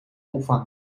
opvang